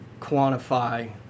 quantify